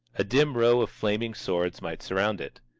a dim row of flaming swords might surround it.